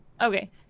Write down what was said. Okay